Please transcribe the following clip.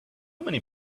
many